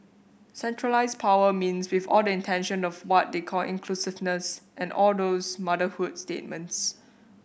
centralised power means with all the intention of what they call inclusiveness and all those motherhood statements